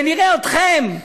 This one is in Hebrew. ונראה אתכם,